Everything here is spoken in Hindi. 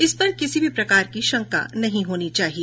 इस पर किसी प्रकार की शंका नहीं होना चाहिए